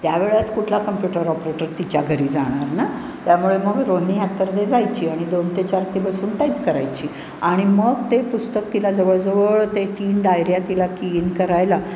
त्या वेळात कुठला कम्प्युटर ऑपरेटर तिच्या घरी जाणार ना त्यामुळे मग रोहिणी अत्तरदे जायची आणि दोन ते चार ते बसून टाईप करायची आणि मग ते पुस्तक तिला जवळजवळ ते तीन डायऱ्या तिला क्लीन करायला